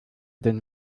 den